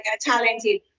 talented